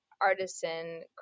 artisan